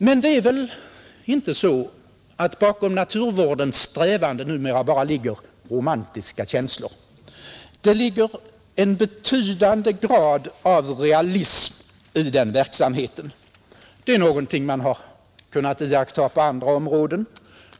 Men det är inte så att bakom naturvårdens strävanden numera bara ligger romantiska känslor. Det ligger en betydande grad av realism i den verksamheten. Det är någonting man har kunnat iakttaga på andra områden.